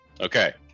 Okay